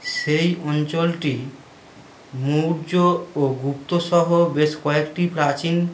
সেই অঞ্চলটি মৌর্য ও গুপ্তসহ বেশ কয়েকটি প্রাচীন